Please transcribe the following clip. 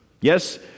Yes